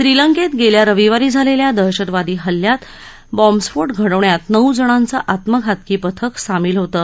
श्रीलंकेत गेल्या रविवारी झालेल्या दहशतवादी हल्ल्यात बाँम्बस्फोट घडवण्यात नऊ जणांचं आत्मघातकी पथक सामील होतं